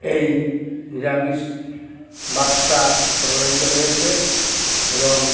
এই নিরামিষবাদতা প্রবাহিত হয়েছে এবং